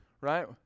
right